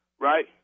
right